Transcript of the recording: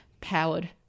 powered